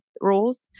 rules